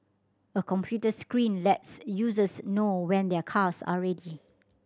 a computer screen lets users know when their cars are ready